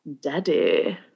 daddy